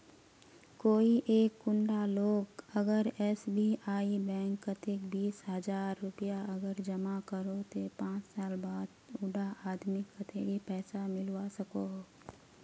कोई एक कुंडा लोग अगर एस.बी.आई बैंक कतेक बीस हजार रुपया अगर जमा करो ते पाँच साल बाद उडा आदमीक कतेरी पैसा मिलवा सकोहो?